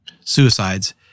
suicides